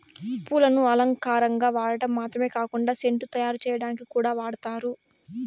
పూలను అలంకారంగా వాడటం మాత్రమే కాకుండా సెంటు తయారు చేయటానికి కూడా వాడతారు